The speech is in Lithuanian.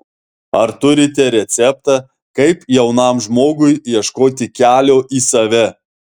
ar turite receptą kaip jaunam žmogui ieškoti kelio į save